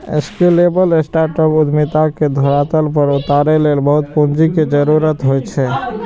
scalable startup उद्यमिता के धरातल पर उतारै लेल बहुत पूंजी के जरूरत होइ छै